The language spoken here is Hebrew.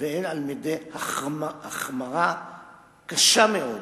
והן על-ידי החמרה קשה מאוד